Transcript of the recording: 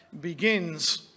begins